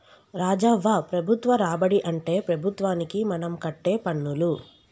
రాజవ్వ ప్రభుత్వ రాబడి అంటే ప్రభుత్వానికి మనం కట్టే పన్నులు